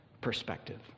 Perspective